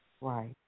Right